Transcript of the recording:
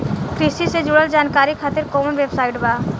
कृषि से जुड़ल जानकारी खातिर कोवन वेबसाइट बा?